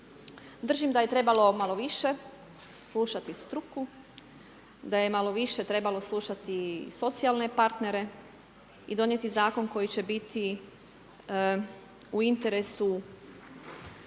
Držim da je trebalo malo više saslušati struku, mislim da je trebalo slušati socijalne partnere i donijeti zakon koji će biti u interesu svih